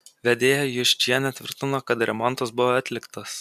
vedėja juščienė tvirtino kad remontas buvo atliktas